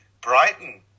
Brighton